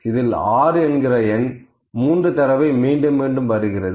அதில் 6 என்கிற எண் 3 தடவை மீண்டும் மீண்டும் வருகிறது